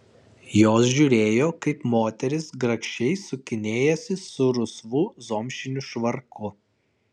jos žiūrėjo kaip moteris grakščiai sukinėjasi su rusvu zomšiniu švarku